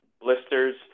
blisters